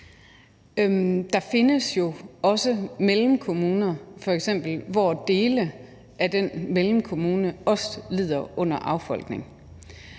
Der findes jo f.eks. også mellemkommuner, hvor dele af den mellemkommune også lider under affolkning,